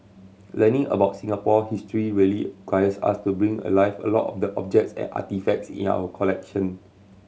learning about Singapore history really requires us to bring alive a lot of the objects and artefacts in our collection